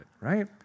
right